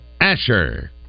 Asher